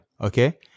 Okay